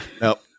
Nope